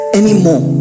anymore